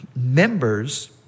members